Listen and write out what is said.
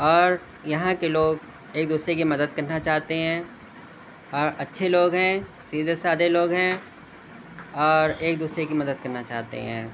اور یہاں کے لوگ ایک دوسرے کی مدد کرنا چاہتے ہیں اور اچھے لوگ ہیں سیدھے سادے لوگ ہیں اور ایک دوسرے کی مدد کرنا چاہتے ہیں